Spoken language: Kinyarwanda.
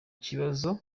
kibazo